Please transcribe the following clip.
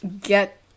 get